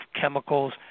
chemicals